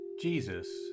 Jesus